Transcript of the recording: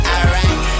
Alright